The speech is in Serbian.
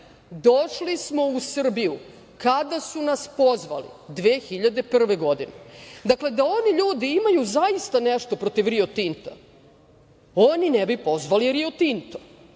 došli smo u Srbiju kada su nas pozvali, 2001. godine. Dakle, da oni ljudi imaju zaista nešto protiv Rio Tinta, oni ne bi pozvali Rio Tinto.